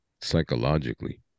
psychologically